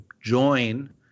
join